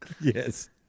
Yes